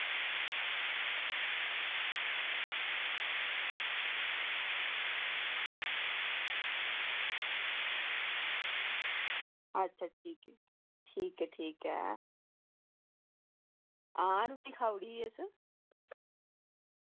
अच्छा ठीक ऐ ठीक ऐ ठीक ऐ हां रुट्टी खाई ओड़ी इस